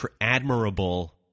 admirable